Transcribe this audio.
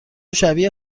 شبیه